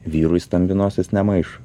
vyrui stambi nosis nemaišo